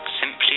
simply